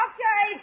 Okay